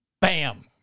bam